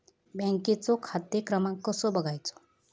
बँकेचो खाते क्रमांक कसो बगायचो?